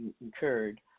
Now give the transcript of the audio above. incurred